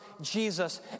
Jesus